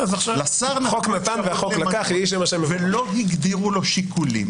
לשר נתנו --- ולא הגדירו לו שיקולים.